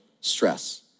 stress